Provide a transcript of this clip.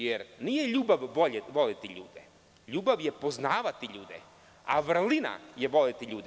Jer, nije ljubav voleti ljude, ljubav je poznavati ljude, a vrlina je voleti ljude.